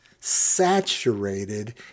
saturated